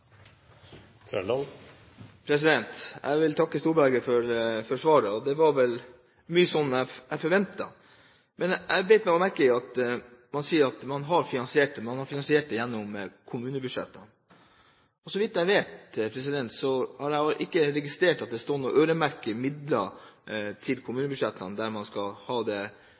utfordring. Jeg vil takke Storberget for svaret. Det var vel mye som forventet, men jeg bet meg jo merke i at man sier at man har finansiert det – man har finansiert det gjennom kommunebudsjettene. Jeg har ikke registrert at det er øremerkede midler i kommunebudsjettene der man skal bruke penger på dette. Så her er det